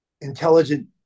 intelligent